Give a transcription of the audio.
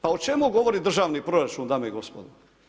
Pa o čemu govori državni proračun, dame i gospodo?